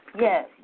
Yes